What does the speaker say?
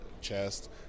chest